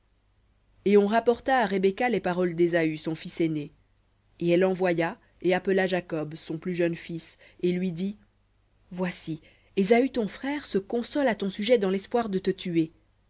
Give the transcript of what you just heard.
et on rapporta à rebecca les paroles d'ésaü son fils aîné et elle envoya et appela jacob son plus jeune fils et lui dit voici ésaü ton frère se console à ton sujet dans l'espoir de te tuer